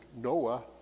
Noah